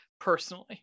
personally